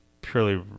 purely